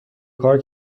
کار